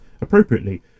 appropriately